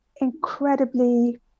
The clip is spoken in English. incredibly